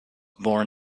born